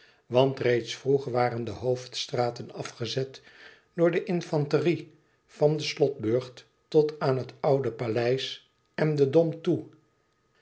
want reeds vroeg waren de hoofdstraten afgezet door de infanterie van den slotburcht tot aan het oude paleis en den dom toe